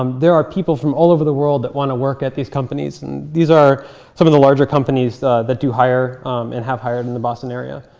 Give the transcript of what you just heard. um there are people from all over the world that want to work at these companies, and these are some of the larger companies that do hire and have hired in the boston area.